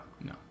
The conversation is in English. no